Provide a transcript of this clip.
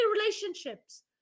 relationships